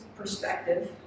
perspective